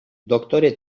doktore